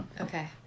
Okay